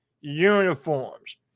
uniforms